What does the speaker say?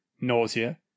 nausea